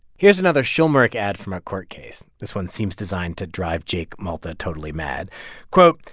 here's another schulmerich ad from a court case. this one seems designed to drive jake malta totally mad quote,